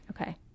Okay